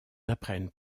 apprennent